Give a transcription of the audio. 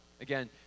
Again